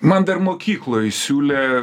man dar mokykloj siūlė